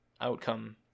outcome